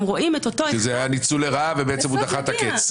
כי זה היה ניצול לרעה ובעצם הוא דחה את הקץ.